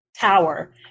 tower